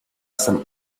some